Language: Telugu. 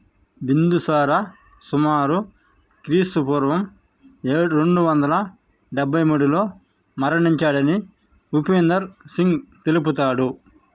బిందుసార సుమారు క్రీస్తుపూర్వం ఏడు రెండు వందల డెబ్భై మూడులో మరణించాడని ఉపేందర్ సింగ్ తెలుపుతాడు